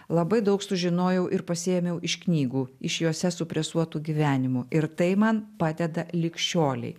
labai daug sužinojau ir pasiėmiau iš knygų iš jose supresuotų gyvenimų ir tai man padeda lig šiolei